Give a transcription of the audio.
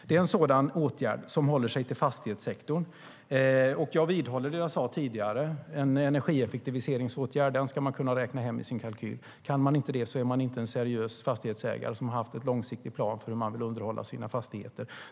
Det är en sådan åtgärd som hör till fastighetssektorn. Jag vidhåller det jag sa tidigare: En energieffektiviseringsåtgärd ska man kunna räkna in i sin kalkyl. Kan man inte det är man inte en seriös fastighetsägare som har en långsiktig plan för hur man vill underhålla sina fastigheter.